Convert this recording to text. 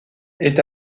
est